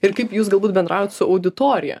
ir kaip jūs galbūt bendraujat su auditorija